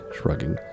shrugging